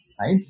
right